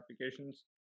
applications